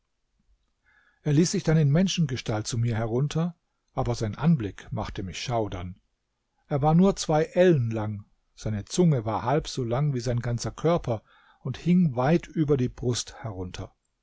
er ließ sich dann in menschengestalt zu mir herunter aber sein anblick machte mich schaudern er war nur zwei ellen lang seine zunge war halb so lang wie sein ganzer körper und hing weit über die brust herunter